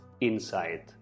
inside